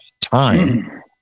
time